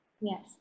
Yes